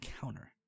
counter